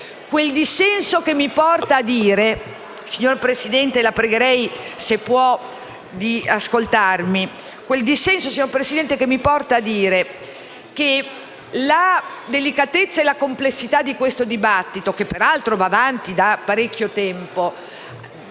Questo dissenso mi porta a dire che la delicatezza e la complessità di questo dibattito, che per altro va avanti da parecchio tempo,